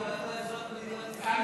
אבל אתה אזרח מדינת ישראל.